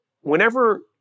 whenever